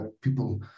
people